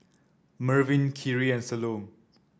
Mervin Khiry and Salome